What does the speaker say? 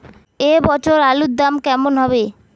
এ বছর আলুর দাম কেমন হবে?